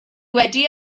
wedi